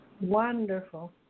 Wonderful